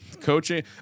coaching